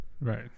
Right